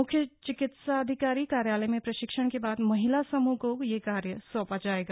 मुख्य चिकित्साधिकारी कार्यालय में प्रशिक्षण के बाद महिला समूह को यह कार्य सौंपा जाएगा